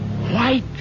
white